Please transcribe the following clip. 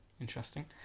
interesting